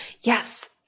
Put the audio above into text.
Yes